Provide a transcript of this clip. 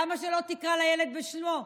למה שלא תקרא לילד בשמו?